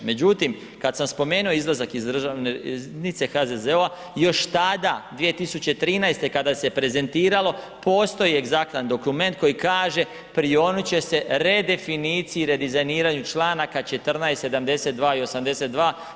Međutim, kada sam spomenuo izlazak iz državne riznice HZZO-a još tada 2013. kada se prezentiralo, postoji egzaktan dokument koji kaže, prionut će se redefiniciji i redizajniranju članaka 14., 72. 82.